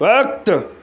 وقت